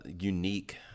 unique